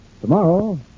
tomorrow